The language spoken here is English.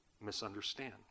misunderstand